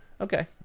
Okay